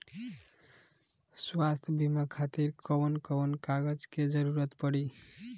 स्वास्थ्य बीमा खातिर कवन कवन कागज के जरुरत पड़ी?